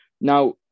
Now